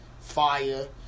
Fire